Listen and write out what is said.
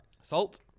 Salt